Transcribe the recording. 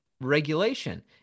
regulation